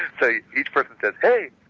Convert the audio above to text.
so each person says, hey!